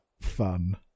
fun